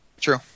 True